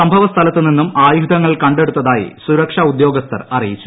സംഭവസ്ഥലത്തു നിന്നും ആയുധങ്ങൾ കണ്ടെടുത്തതായി സുരക്ഷാ ഉദ്യോഗസ്ഥർ അറിയിച്ചു